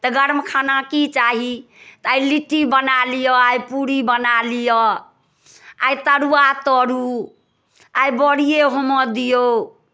तऽ गर्म खाना की चाही तऽ आइ लिट्टी बना लिअ आइ पूरी बना लिअ आइ तरुआ तरू आइ बड़िए होमय दिऔ